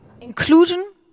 inclusion